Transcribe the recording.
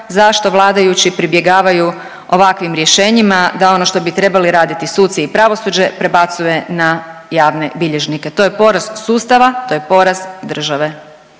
zašto vladajući pribjegavaju ovakvim rješenjima, da ono što bi trebali raditi suci i pravosuđe prebacuje na javne bilježnike. To je poraz sustava, to je poraz države